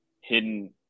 hidden